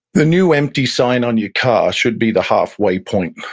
the new empty sign on your car should be the halfway point.